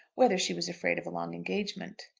whether she was afraid of a long engagement.